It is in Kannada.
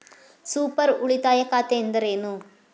ಸೂಪರ್ ಉಳಿತಾಯ ಖಾತೆ ಎಂದರೇನು?